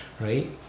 right